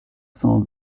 cent